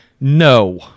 no